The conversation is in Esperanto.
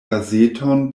gazeton